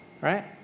right